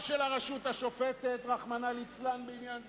או של הרשות השופטת, רחמנא ליצלן, בעניין זה,